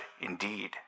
indeed